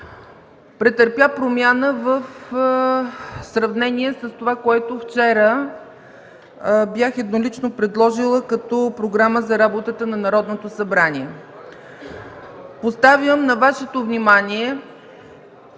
претърпя промяна в сравнение с това, което вчера еднолично бях предложила като Програма за работата на Народното събрание. Поставям на Вашето внимание